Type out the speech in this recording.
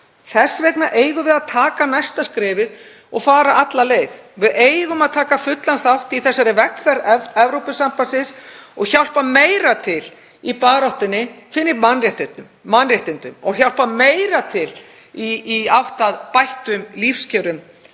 Þess vegna eigum við að taka næsta skref og fara alla leið. Við eigum að taka fullan þátt í þessari vegferð Evrópusambandsins og hjálpa meira til í baráttunni fyrir mannréttindum og hjálpa meira til í átt að bættum lífskjörum